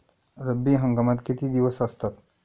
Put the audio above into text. रब्बी हंगामात किती दिवस असतात?